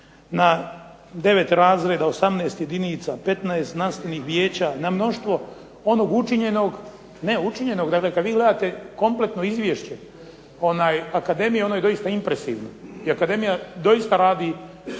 na 9 razreda, 18 jedinica, 15 znanstvenih vijeća, na mnoštvo onog učinjenog, ne učinjenog. Dakle kad vi gledate kompletno izvješće akademije, ono je doista impresivno, i akademija doista radi